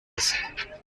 heza